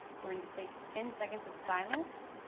going to take ten seconds of silence,